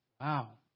Wow